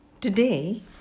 Today